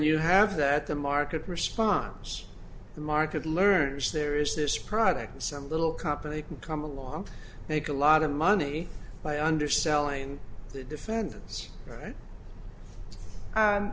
you have that the market responds the market learner's there is this product some little company can come along make a lot of money by underselling the defendant's right